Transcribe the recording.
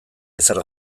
ezer